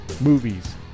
movies